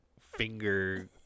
finger